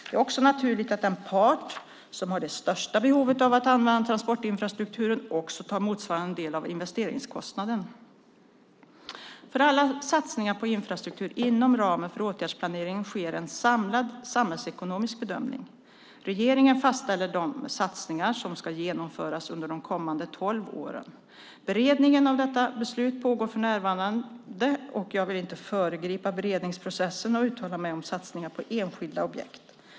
Det är också naturligt att den part som har det största behovet av att använda transportinfrastrukturen också tar motsvarande del av investeringskostnaden. För alla satsningar på infrastruktur inom ramen för åtgärdsplaneringen sker en samlad samhällsekonomisk bedömning. Regeringen fastställer de satsningar som ska genomföras under de kommande tolv åren. Beredningen av detta beslut pågår för närvarande, och jag vill inte föregripa beredningsprocessen och uttala mig om satsningar på enskilda objekt.